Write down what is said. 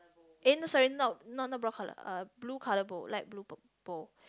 eh no sorry not not brown colour uh blue colour bowl light blue purple